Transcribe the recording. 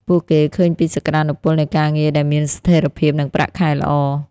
ពួកគេឃើញពីសក្តានុពលនៃការងារដែលមានស្ថិរភាពនិងប្រាក់ខែល្អ។